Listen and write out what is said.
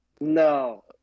No